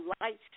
light